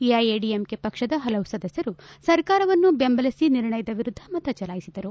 ಎಐಎಡಿಎಂಕೆ ಪಕ್ಷದ ಹಲವು ಸದಸ್ದರು ಸರ್ಕಾರವನ್ನು ಬೆಂಬಲಿಸಿ ನಿರ್ಣಯದ ವಿರುದ್ದ ಮತ ಚಲಾಯಿಸಿದರು